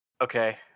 Okay